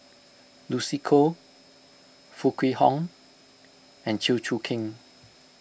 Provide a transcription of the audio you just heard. Lucy Koh Foo Kwee Horng and Chew Choo Keng